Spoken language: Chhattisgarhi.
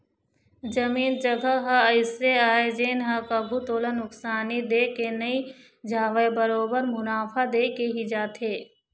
जमीन जघा ह अइसे आय जेन ह कभू तोला नुकसानी दे के नई जावय बरोबर मुनाफा देके ही जाथे